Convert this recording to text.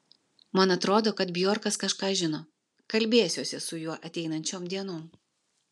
man atrodo kad bjorkas kažką žino kalbėsiuosi su juo ateinančiom dienom